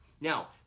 Now